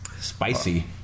spicy